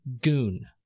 goon